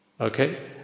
Okay